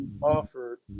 offered